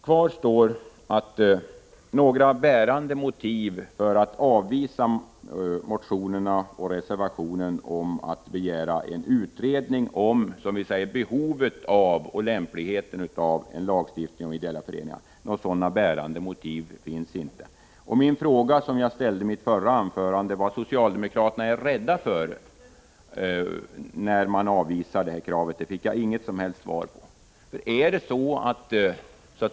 Kvar står att det inte finns några bärande motiv för att avvisa begäran i motionerna och reservationen om en utredning beträffande behovet och lämpligheten av en lagstiftning om ideella föreningar. Den fråga som jag ställde i mitt förra anförande, nämligen vad socialdemokraterna är rädda för när de avvisar det kravet, fick jag inget som helst svar på.